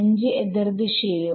5 എതിർദിശയിലും